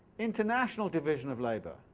international division of labour,